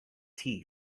tea